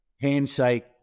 handshake